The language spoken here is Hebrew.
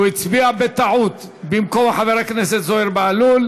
הצביע בטעות במקום חבר הכנסת זוהיר בהלול,